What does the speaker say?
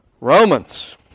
Romans